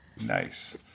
nice